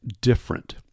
different